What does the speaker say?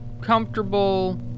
comfortable